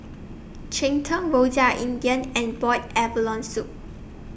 Cheng Tng Rojak India and boiled abalone Soup